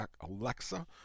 Alexa